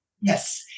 Yes